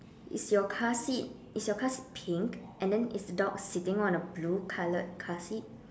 is your car seat is your car seat pink and then is the dog sitting on a blue coloured car seat